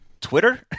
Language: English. Twitter